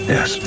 Yes